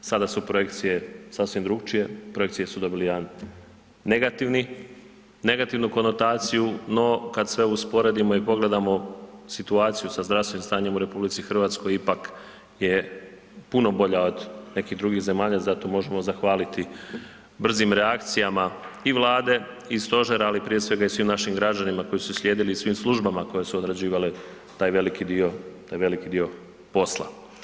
Sada su projekcije sasvim drukčije, projekcije su dobile jednu negativnu konotaciju, no kada sve usporedimo i pogledamo situaciju sa zdravstvenim stanjem u RH ipak je puno bolja od nekih drugih zemalja, zato možemo zahvaliti brzim reakcijama i Vlade i stožera, ali prije svega i svim našim građanima koji su slijedili i svim službama koje su odrađivale taj veliki dio posla.